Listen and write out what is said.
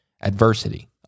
adversity